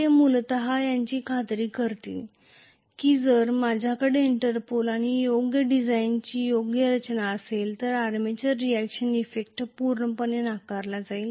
ते मूलत याची खात्री करतील की जर माझ्याकडे इंटरपोल आणि कॉम्पेन्सेटिंग विंडींगची योग्य डिझाईन असेल तर आर्मेचर रिएक्शन इफेक्ट पूर्णपणे नाकारला जाईल